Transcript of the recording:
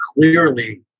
clearly